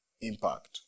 impact